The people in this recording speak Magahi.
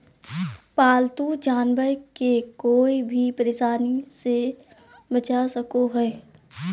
पालतू जानवर के कोय भी परेशानी से बचा सको हइ